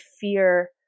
fear